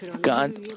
God